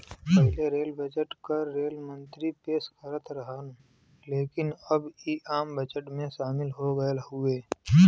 पहिले rail budget क rail मंत्री पेश करत रहन लेकिन अब इ आम बजट में शामिल हो गयल हउवे